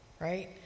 Right